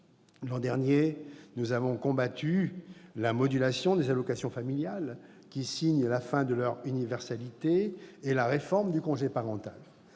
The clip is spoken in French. L'an dernier, nous avions combattu la modulation des allocations familiales, qui signe la fin de leur universalité, et la réforme du congé parental.